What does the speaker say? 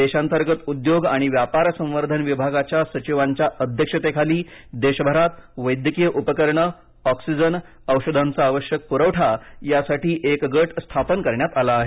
देशांतर्गत उद्योग आणि व्यापार संवर्धन विभागाच्या सचिवांच्या अध्यक्षतेखाली देशभरात वैद्यकीय उपकरणे ऑक्सिजनऔषधांचा आवश्यक प्रवठा यासाठी एक गट स्थापित करण्यात आला आहे